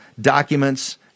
documents